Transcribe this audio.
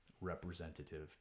representative